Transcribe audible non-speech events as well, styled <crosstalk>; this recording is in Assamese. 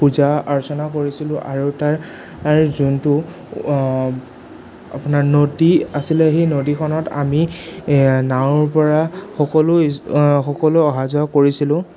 পূজা অৰ্চনাও কৰিছিলোঁ আৰু তাৰ যোনটো আপোনাৰ নদী আছিলে সেই নদীখনত আমি নাৱৰ পৰা সকলো <unintelligible> সকলো অহা যোৱা কৰিছিলোঁ